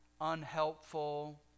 unhelpful